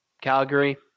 Calgary